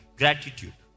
gratitude